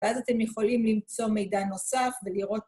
ואז אתם יכולים למצוא מידע נוסף ולראות...